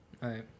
Right